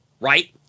right